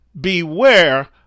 Beware